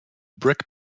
brick